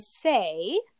say